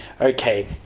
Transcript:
okay